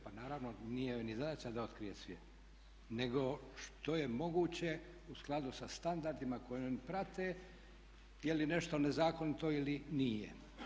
Pa naravno, nije joj ni zadaća da otkrije sve nego što je moguće u skladu sa standardima koje prate je li nešto nezakonito ili nije.